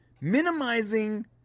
minimizing